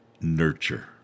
nurture